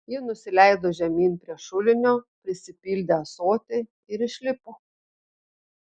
ji nusileido žemyn prie šulinio prisipildė ąsotį ir išlipo